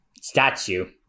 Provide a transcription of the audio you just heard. statue